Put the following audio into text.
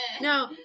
No